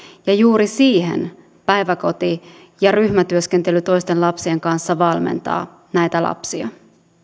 ja juuri siihen päiväkoti ja ryhmätyöskentely toisten lapsien kanssa valmentaa näitä lapsia